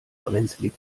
brenzlig